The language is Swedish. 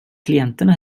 klienterna